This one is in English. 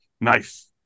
Nice